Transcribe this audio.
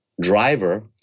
driver